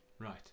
right